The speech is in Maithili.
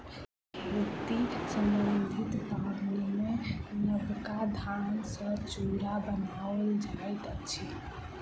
खेती सम्बन्धी पाबनिमे नबका धान सॅ चूड़ा बनाओल जाइत अछि